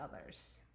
others